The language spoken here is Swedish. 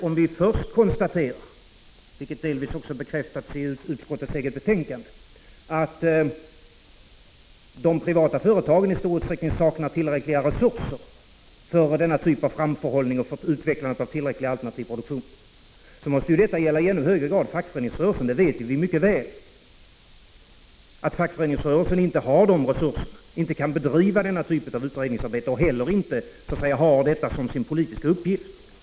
Om vi först konstaterar — vilket delvis också bekräftats i utskottets eget betänkande — att de privata företagen i stor utsträckning saknar tillräckliga resurser för denna typ av framförhållning och för utvecklandet av tillräcklig alternativ produktion, så måste detta gälla i ännu högre grad för fackföreningsrörelsen. Vi vet mycket väl att fackföreningsrörelsen inte har sådana resurser att den kan bedriva denna typ av utredningsarbete och heller inte har detta som sin politiska uppgift.